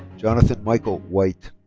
jonathan michael white.